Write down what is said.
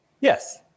Yes